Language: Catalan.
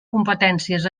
competències